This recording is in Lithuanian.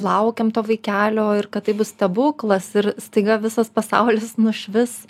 laukiam to vaikelio ir kad tai bus stebuklas ir staiga visas pasaulis nušvis